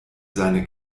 seine